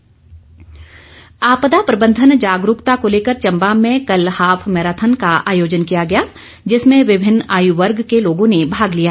marathon आपदा प्रबंधन जागरूकता को लेकर चम्बा में कल हॉफ मैराथन का आयोजन किया गया जिसमें विभिन्न आयु वर्ग के लोगों ने भाग लिया